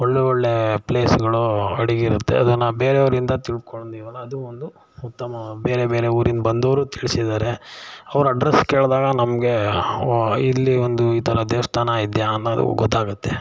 ಒಳ್ಳೆಯ ಒಳ್ಳೆಯ ಪ್ಲೇಸುಗಳು ಅಡಗಿರುತ್ತೆ ಅದನ್ನು ಬೇರೆಯವರಿಂದ ತಿಳ್ಕೊತಿವಲ್ಲ ಅದು ಒಂದು ಉತ್ತಮ ಬೇರೆ ಬೇರೆ ಊರಿಂದ ಬಂದವರು ತಿಳ್ಸಿದ್ದಾರೆ ಅವ್ರ ಅಡ್ರೆಸ್ ಕೇಳಿದಾಗ ನಮಗೆ ಓಹ್ ಇಲ್ಲಿ ಒಂದು ಈ ಥರ ದೇವಸ್ಥಾನ ಇದೆಯಾ ಅನ್ನೋದು ಗೊತ್ತಾಗುತ್ತೆ